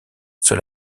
soit